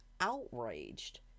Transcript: outraged